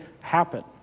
happen